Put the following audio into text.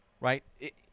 Right